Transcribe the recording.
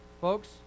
Folks